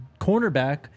cornerback